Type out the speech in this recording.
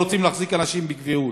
לא רוצים להחזיק אנשים בקביעות.